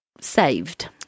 saved